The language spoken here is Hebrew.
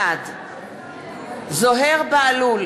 בעד זוהיר בהלול,